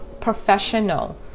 professional